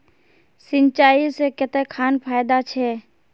सिंचाई से कते खान फायदा छै?